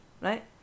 right